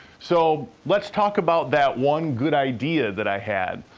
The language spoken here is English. so, let's talk about that one good idea that i had.